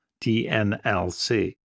DNLC